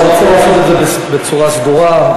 אנחנו רוצים לעשות את זה בצורה סדורה.